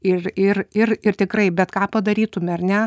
ir ir ir ir tikrai bet ką padarytume ar ne